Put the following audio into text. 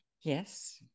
Yes